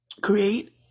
create